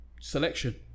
selection